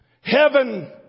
heaven